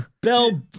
Bell